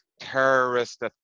terrorist